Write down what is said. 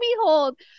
behold